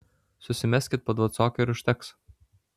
susimeskit po dvacoką ir užteks